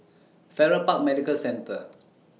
Farrer Park Medical Centre